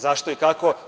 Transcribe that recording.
Zašto i kako?